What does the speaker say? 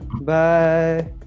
Bye